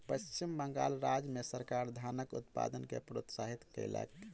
पश्चिम बंगाल राज्य मे सरकार धानक उत्पादन के प्रोत्साहित कयलक